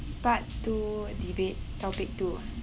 part two debate topic two